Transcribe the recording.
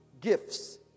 gifts